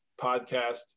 podcast